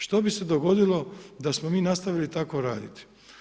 Što bi se dogodilo da smo mi nastavili tako raditi?